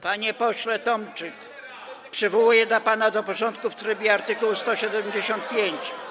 Panie pośle Tomczyk, przywołuję pana do porządku w trybie art. 175.